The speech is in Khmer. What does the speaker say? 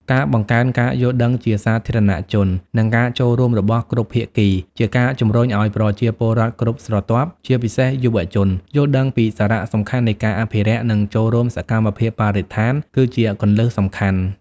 ការបង្កើនការយល់ដឹងជាសាធារណជន និងការចូលរួមរបស់គ្រប់ភាគី ជាការជំរុញឱ្យប្រជាពលរដ្ឋគ្រប់ស្រទាប់ ជាពិសេសយុវជន យល់ដឹងពីសារៈសំខាន់នៃការអភិរក្ស និងចូលរួមសកម្មភាពបរិស្ថាន គឺជាគន្លឹះសំខាន់។